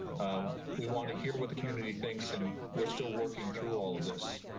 ah we want to hear what the community thinks, and we're still working through all of this.